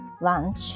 lunch